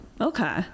Okay